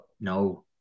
No